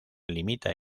limita